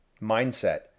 Mindset